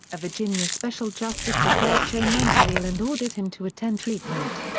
a virginia special justice declared cho mentally ill and ordered him to attend treatment.